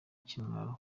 ikimwaro